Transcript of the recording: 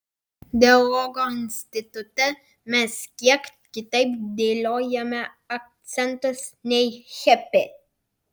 dialogo institute mes kiek kitaip dėliojame akcentus nei hepi